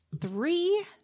three